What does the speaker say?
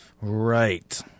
Right